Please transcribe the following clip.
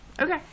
Okay